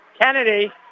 Kennedy